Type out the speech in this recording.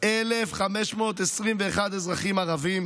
1,521 אזרחים ערבים.